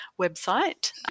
website